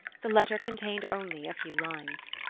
the letter contained only a few lines.